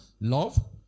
Love